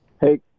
Hey